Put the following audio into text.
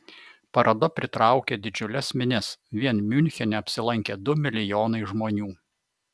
paroda pritraukė didžiules minias vien miunchene apsilankė du milijonai žmonių